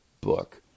book